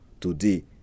today